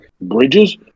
bridges